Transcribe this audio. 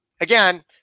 again